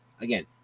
Again